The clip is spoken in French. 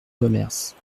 commerces